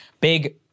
Big